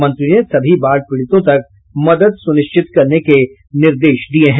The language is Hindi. मंत्री ने सभी बाढ़ पीड़ितों तक मदद सुनिश्चित करने के निर्देश दिये हैं